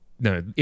No